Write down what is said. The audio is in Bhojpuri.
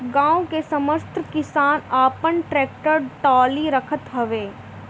गांव के संपन्न किसान आपन टेक्टर टाली रखत हवे